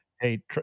hey